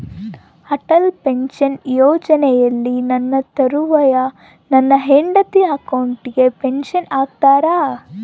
Atal pension ಯೋಜನೆಯಲ್ಲಿ ನನ್ನ ತರುವಾಯ ನನ್ನ ಹೆಂಡತಿ ಅಕೌಂಟಿಗೆ ಪೆನ್ಶನ್ ಕೊಡ್ತೇರಾ?